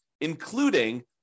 including